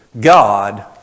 God